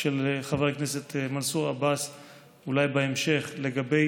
של חבר הכנסת מנסור עבאס אולי בהמשך לגבי